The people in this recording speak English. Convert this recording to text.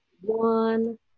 one